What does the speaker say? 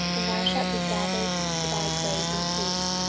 and thou shalt be gathered to thy grave in peace,